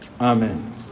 Amen